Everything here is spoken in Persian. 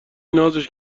نازش